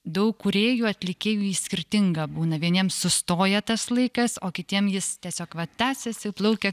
daug kūrėjų atlikėjų skirtinga būna vieniem sustoja tas laikas o kitiem jis tiesiog vat tęsiasi plaukia